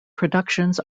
productions